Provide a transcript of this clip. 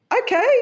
okay